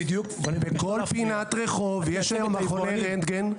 בכל פינת רחוב יש היום מכוני רנטגן.